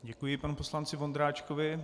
Děkuji panu poslanci Vondráčkovi.